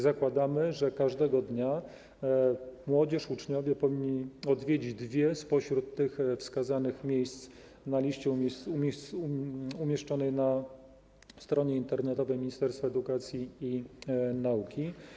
Zakładamy, że każdego dnia młodzież, uczniowie powinni odwiedzić dwa spośród wskazanych miejsc z listy umieszczonej na stronie internetowej Ministerstwa Edukacji i Nauki.